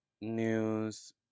news